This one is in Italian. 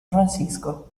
francisco